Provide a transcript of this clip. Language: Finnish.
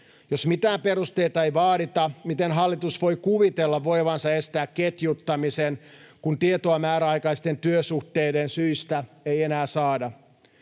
Jos mitään perusteita ei vaadita, miten hallitus voi kuvitella voivansa estää ketjuttamisen, kun tietoa määräaikaisten työsuhteiden syistä ei enää saada?